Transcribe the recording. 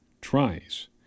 tries